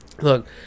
look